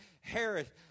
Harris